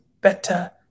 better